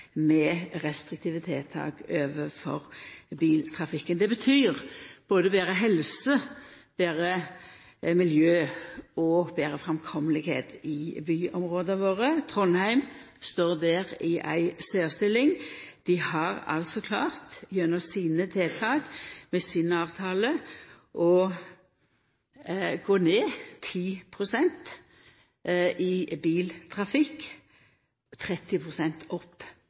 med restriktive tiltak overfor biltrafikken. Det betyr både betre helse, betre miljø og betre framkomelegheit i byområda våre. Trondheim står der i ei særstilling. Dei har gjennom sine tiltak og med sin avtale klart å gå ned 10 pst. når det gjeld biltrafikk, og opp